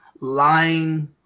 lying